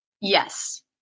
Yes